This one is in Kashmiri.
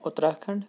اُترٛاکھَںٛڈ